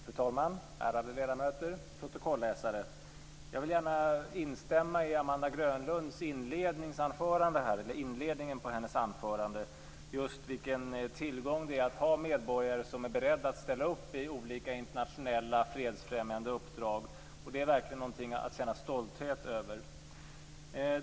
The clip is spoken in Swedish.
Fru talman! Ärade ledamöter! Protokolläsare! Jag vill gärna instämma i det Amanda Grönlund sade i inledningen till sitt anförande, om vilken tillgång det är att ha medborgare som är beredda att ställa upp i olika internationella fredsfrämjande uppdrag. Det är verkligen någonting att känna stolthet över.